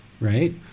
right